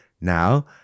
Now